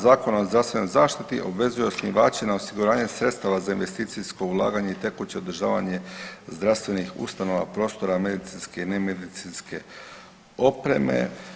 Zakon o zdravstvenoj zaštiti obvezuje osnivače na osiguranje sredstava za investicijsko ulaganje i tekuće održavanje zdravstvenih ustanova, prostora, medicinske i nemedicinske opreme.